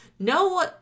No